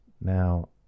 Now